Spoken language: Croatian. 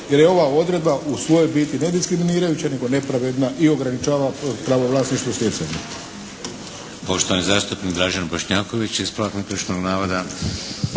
jer je ova odredba u svojoj biti nediskriminirajuća nego nepravedna i ograničava pravo vlasništva stjecanjem.